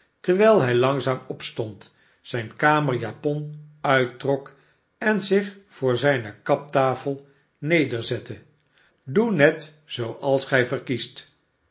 terwijl hij langzaam opstond zijn kamerjajon uittrok en zich voor zijne kaptafel neerzette doe net zooals gij verkiest